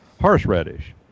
horseradish